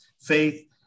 faith